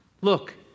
Look